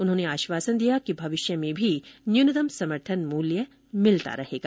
उन्होंने आश्वासन दिया कि भविष्य में भी न्यूनतम समर्थन मूल्य मिलता रहेगा